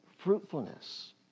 fruitfulness